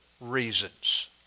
reasons